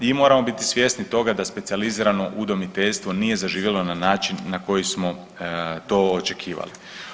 I moramo biti svjesni toga da specijalizirano udomiteljstvo nije zaživjelo na način na koji smo to očekivali.